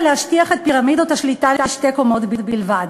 להשטיח את פירמידות השליטה לשתי קומות בלבד.